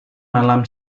malam